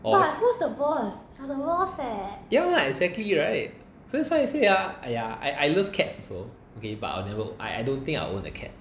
ya lah exactly right so that's why I say ah !aiya! I love cats also but I'll never I don't think I'll own a cat